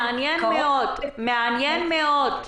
מעניין מאוד.